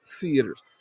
theaters